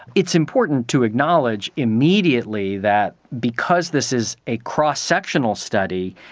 it's important to acknowledge immediately that because this is a cross sectional study,